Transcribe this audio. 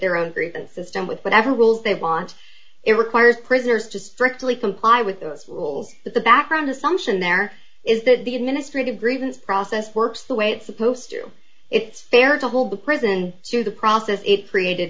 their own grievance system with whatever rules they have want it requires prisoners to strictly comply with those rules but the background assumption there is that the administrative grievance process works the way it's supposed to it's fair to hold the prison through the process it created